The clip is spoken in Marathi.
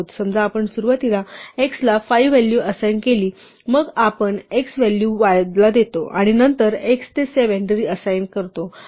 समजा आपण सुरुवातीला x ला 5 व्हॅल्यू असाइन केली मग आपण x व्हॅल्यू y ला देतो आणि नंतर x ते 7 रीअसाइन करतो